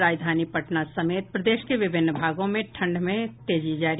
और राजधानी पटना समेत प्रदेश के विभिन्न भागों में ठंड में तेजी जारी